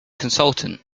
consultant